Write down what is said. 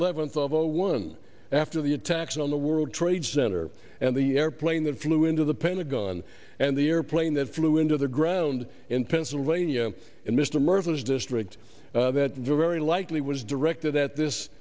zero one after the attacks on the world trade center and the airplane that flew into the pentagon and the airplane that flew into the ground in pennsylvania and mr murtha's district that very likely was directed at this